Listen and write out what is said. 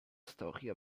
storia